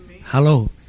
Hello